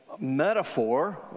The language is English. metaphor